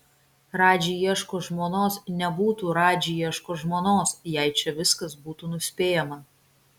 radži ieško žmonos nebūtų radži ieško žmonos jei čia viskas būtų nuspėjama